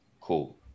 cool